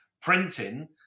printing